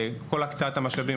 כל הקצאת משאבים.